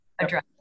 Address